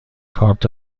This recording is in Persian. کارت